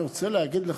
אני רוצה להגיד לך,